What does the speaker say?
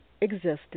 existed